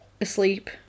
asleep